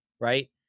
right